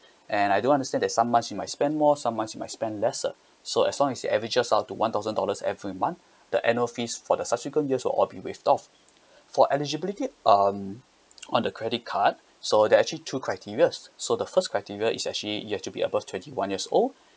and I do understand there's some months you might spend more some months you might spend lesser so as long as you ever reach up to one thousand dollars every month the annual fees for the subsequent years will all be waived off for eligibility um on the credit card so there actually two criterias so the first criteria is actually you have to be above twenty one years old